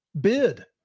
bid